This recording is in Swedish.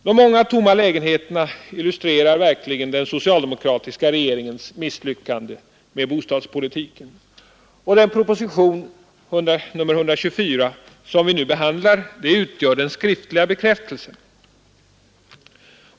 De många tomma lägenheterna illustrerar verkligen den socialdemokratiska regeringens misslyckande med bostadspolitiken, och den proposition, nr 124, som vi nu behandlar utgör den skriftliga bekräftelsen.